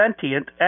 sentient